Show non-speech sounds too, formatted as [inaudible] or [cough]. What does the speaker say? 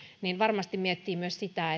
niin varmasti miettii myös sitä [unintelligible]